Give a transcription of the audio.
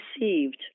received